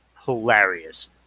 hilarious